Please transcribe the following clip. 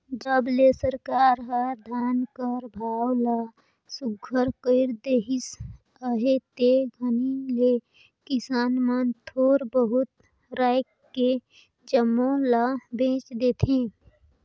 जब ले सरकार हर धान कर भाव ल सुग्घर कइर देहिस अहे ते घनी ले किसान मन थोर बहुत राएख के जम्मो ल बेच देथे